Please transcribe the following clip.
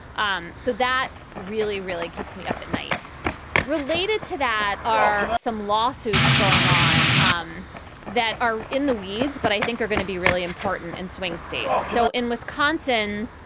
um so that really, really keeps me up at night related to that. are some lawsuits going on um that are in the weeds, but i think are going to be really important in swing states. so in wisconsin,